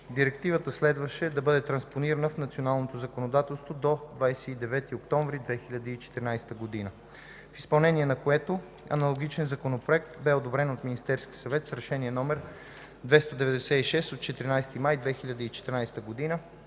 Директивата следваше да бъде транспонирана в националното законодателство до 29 октомври 2014 г., в изпълнение на което аналогичен законопроект бе одобрен от Министерския съвет с Решение № 296 от 14 май 2014 г. и